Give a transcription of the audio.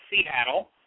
Seattle